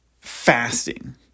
fasting